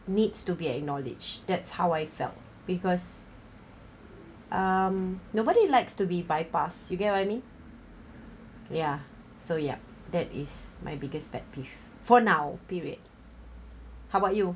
needs to be acknowledged that's how I felt because um nobody likes to be bypassed you get what I mean ya so ya that is my biggest pet peeve for now period how about you